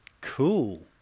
Cool